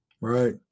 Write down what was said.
Right